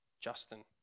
Justin